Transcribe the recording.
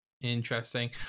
Interesting